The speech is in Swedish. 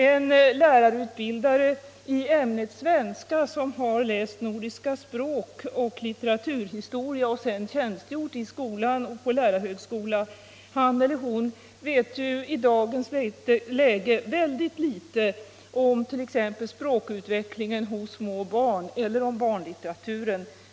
En lärarutbildare i ämnet svenska som har läst nordiska språk och litteraturhistoria och sedan tjänstgjort i skola och på lärarhögskola vet i dagens läge väldigt litet om t.ex. språkutvecklingen hos små barn eller om barnlitteratur.